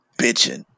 bitching